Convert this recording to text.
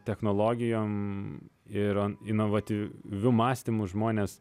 technologijom ir o inovatyviu mąstymu žmonės